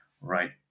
right